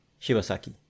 Shibasaki